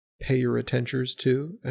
pay-your-attentions-to